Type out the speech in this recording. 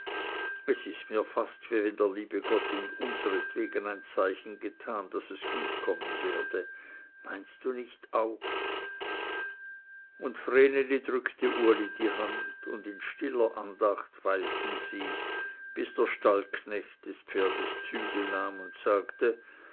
es ist mir fast wie wenn der liebe gott unseretwegen ein zeichen getan daß es gut kommen werde meinst du nicht auch und vreneli drückte uli die hand und in stiller andacht weilten sie bis der stallknecht des pferdes zügel nahm und sagte